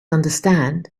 understand